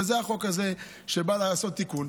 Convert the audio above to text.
וזה החוק הזה שבא לעשות תיקון.